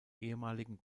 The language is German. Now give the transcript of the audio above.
ehemaligen